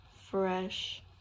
fresh